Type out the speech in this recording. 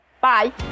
Bye